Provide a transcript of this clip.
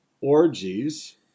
orgies